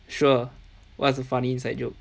sure what's the funny inside joke